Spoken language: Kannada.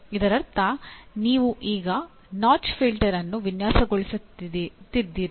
ಇದರರ್ಥ ನೀವು ಈಗ ನಾಚ್ ಫಿಲ್ಟರ್ ಅನ್ನು ವಿನ್ಯಾಸಗೊಳಿಸುತ್ತಿದ್ದೀರಿ